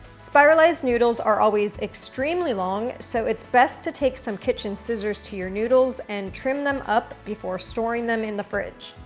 spiralized noodles are always extremely long, so it's best to take some kitchen scissors to your noodles and trim them up before storing them in the fridge.